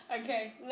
Okay